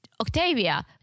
Octavia